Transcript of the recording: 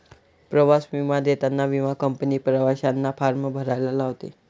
प्रवास विमा देताना विमा कंपनी प्रवाशांना फॉर्म भरायला लावते